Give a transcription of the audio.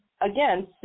Again